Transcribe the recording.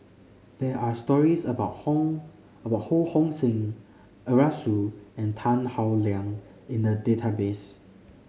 there are stories about Hong about Ho Hong Sing Arasu and Tan Howe Liang in the database